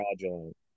fraudulent